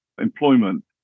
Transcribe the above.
employment